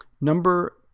number